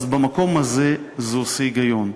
אז במקום הזה זה הגיוני,